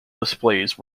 displays